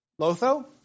Lotho